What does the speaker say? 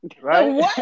Right